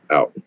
Out